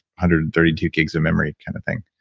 hundred and thirty two gigs of memory kind of thing.